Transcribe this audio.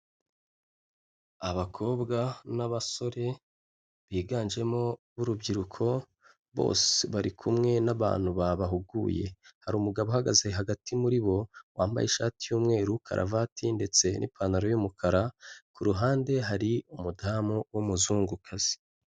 Abakobwa n'abasore biganjemo urubyiruko bose bari kumwe n'abantu babahuguye. Hari umugabo uhagaze hagati muri bo wambaye ishati y'umweru, karavati ndetse n'ipantaro y'umukara, ku ruhande hari umudamu w'umuzungukazi.